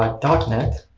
um dotnet,